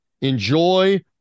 Enjoy